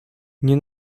nie